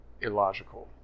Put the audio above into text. illogical